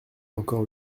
encore